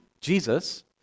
Jesus